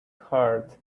heart